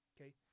Okay